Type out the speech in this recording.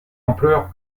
ampleur